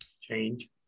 Change